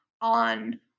on